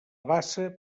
bassa